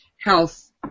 health